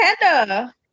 panda